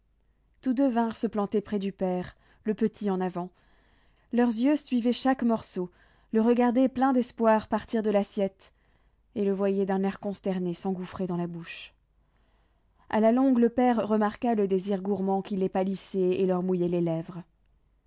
tous deux vinrent se planter près du père le petit en avant leurs yeux suivaient chaque morceau le regardaient pleins d'espoir partir de l'assiette et le voyaient d'un air consterné s'engouffrer dans la bouche a la longue le père remarqua le désir gourmand qui les pâlissait et leur mouillait les lèvres